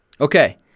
Okay